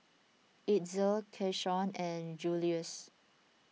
Itzel Keshawn and Juluis